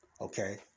Okay